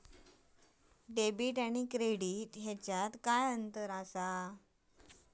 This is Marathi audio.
डेबिट आणि क्रेडिट ह्याच्यात काय अंतर असा?